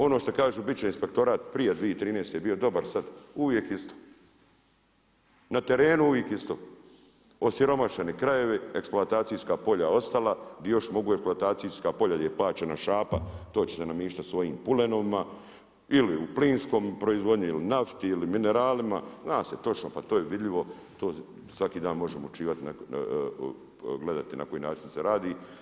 Ono što kažu bit će inspektorat prije 2013. je bio dobar sad uvijek isto, na terenu uvijek isto, osiromašeni krajevi, eksploatacijska polja ostala gdje još mogu eksploatacijska polja jel je plaćena šapa to ćete … svojim pulenovima ili u plinskoj proizvodnji ili nafti ili mineralima, zna se točno pa to je vidljivo to svaki dan možemo gledati na koji način se radi.